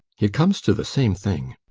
it comes to the same thing.